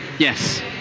Yes